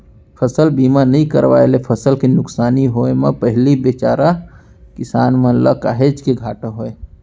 फसल बीमा नइ करवाए ले फसल के नुकसानी होय म पहिली बिचारा किसान मन ल काहेच के घाटा होय